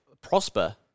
Prosper